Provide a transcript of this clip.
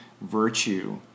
virtue